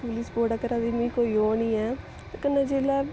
फुल्ल सपोर्ट ऐ घरै दी मिगी कोई ओह् निं ऐ ते कन्नै जेल्लै